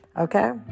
okay